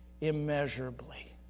immeasurably